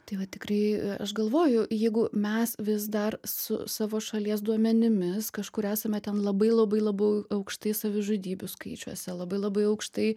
tai va tikrai aš galvoju jeigu mes vis dar su savo šalies duomenimis kažkur esame ten labai labai labai aukštai savižudybių skaičiuose labai labai aukštai